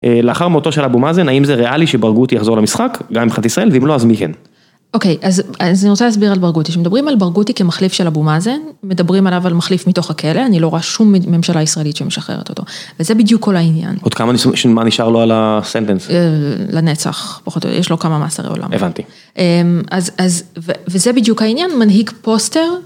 לאחר מותו של אבו מאזן האם זה ריאלי שברגותי יחזור למשחק גם מבחינת ישראל, ואם לא, אז מי כן. אוקיי אז אני רוצה להסביר על ברגותי. כשמדברים על ברגותי כמחליף של אבו מאזן מדברים עליו על מחליף מתוך הכלא, אני לא רואה שום ממשלה ישראלית שמשחררת אותו. וזה בדיוק כל העניין. עוד כמה שנ.. מה נשאר לו על הסנטנס? לנצח, פחות או יו.. יש לו כמה מעשרי עולם. הבנתי. אז, אז, וזה בדיוק העניין מנהיג פוסטר